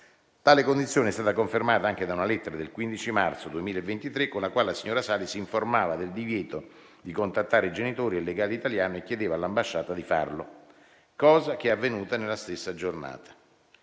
Tale condizione è stata confermata anche da una lettera del 15 marzo 2023, con la quale la signora Salis informava del divieto di contattare i genitori e i legali italiani e chiedeva all'ambasciata di farlo, cosa che è avvenuta nella stessa giornata.